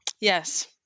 Yes